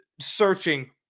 searching